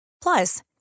Plus